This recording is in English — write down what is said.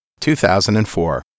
2004